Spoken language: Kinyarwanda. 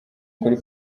kuri